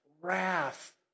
wrath